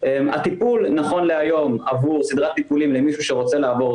הטיפול נכון להיום עבור סדרת טיפולים למישהו שרוצה לעבור